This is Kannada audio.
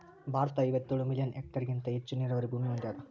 ಭಾರತ ಐವತ್ತೇಳು ಮಿಲಿಯನ್ ಹೆಕ್ಟೇರ್ಹೆಗಿಂತ ಹೆಚ್ಚು ನೀರಾವರಿ ಭೂಮಿ ಹೊಂದ್ಯಾದ